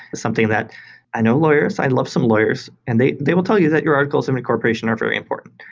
something that i know lawyers. i love some lawyers, and they they will tell you that your articles of incorporation are very important.